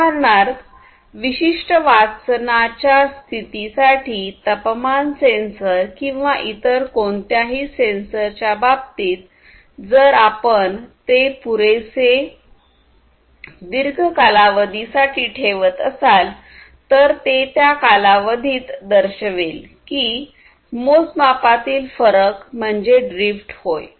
उदाहरणार्थ विशिष्ट वाचनाच्या स्थिती साठी तपमान सेन्सर किंवा इतर कोणत्याही सेन्सरच्या बाबतीत जर आपण ते पुरेसे दीर्घ कालावधी साठी ठेवत असाल तर् तें त्या कालावधीत दर्शवेल कीं मोजमापांमधील फरक म्हणजे ड्रीफ्ट होय